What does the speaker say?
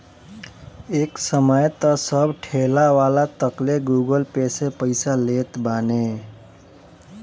एक समय तअ सब ठेलावाला तकले गूगल पे से पईसा लेत बाने